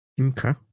okay